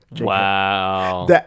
Wow